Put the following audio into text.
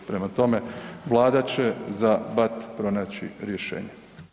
Prema tome, Vlada će za BAT pronaći rješenje.